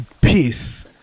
peace